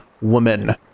woman